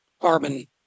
carbon